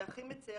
והכי מצער,